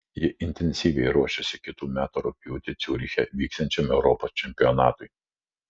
ji intensyviai ruošiasi kitų metų rugpjūtį ciuriche vyksiančiam europos čempionatui